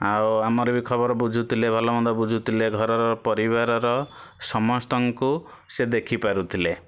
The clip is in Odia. ଆଉ ଆମର ବି ଖବର ବୁଝୁଥିଲେ ଭଲ ମନ୍ଦ ବୁଝୁଥିଲେ ଘରର ପରିବାରର ସମସ୍ତଙ୍କୁ ସେ ଦେଖି ପାରୁଥିଲେ